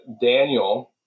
Daniel